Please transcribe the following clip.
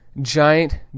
giant